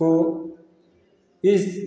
को इस